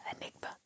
Enigma